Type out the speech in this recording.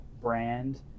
brand